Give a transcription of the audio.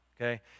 okay